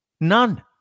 None